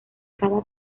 cada